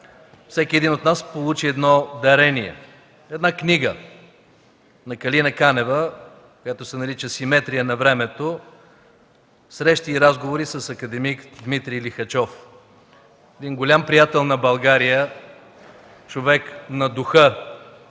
всеки един от нас получи едно дарение – една книга на Калина Канева, която се нарича „Симетрия на времето. Срещи и разговори с акад. Дмитрий Лихачов” – един голям приятел на България, човек на духа.